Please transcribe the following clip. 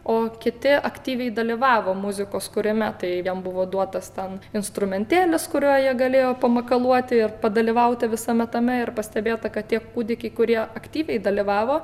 o kiti aktyviai dalyvavo muzikos kūrime tai jiem buvo duotas ten instrumentėlis kuriuo jie galėjo pamakaluoti ir padalyvauti visame tame ir pastebėta kad tie kūdikiai kurie aktyviai dalyvavo